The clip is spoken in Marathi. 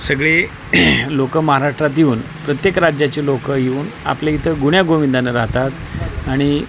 सगळे लोक महाराष्ट्रात येऊन प्रत्येक राज्याचे लोक येऊन आपल्या इथं गुण्यागोविंदानं राहतात आणि